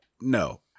No